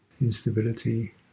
instability